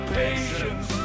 patience